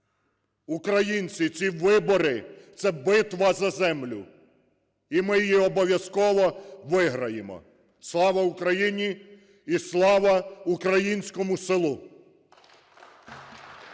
Українці, ці вибори – це битва за землю і ми її обов'язково виграємо. Слава Україні і слава українському селу!